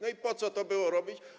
No i po co to było robić?